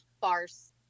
farce